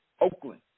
Oakland